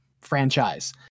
franchise